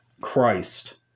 Christ